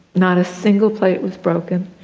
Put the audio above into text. not a single plate was broken.